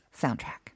soundtrack